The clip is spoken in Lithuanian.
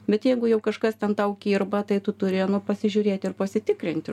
bet jeigu jau kažkas ten tau kirba tai tu turi nu pasižiūrėt ir pasitikrinti